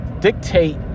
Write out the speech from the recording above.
dictate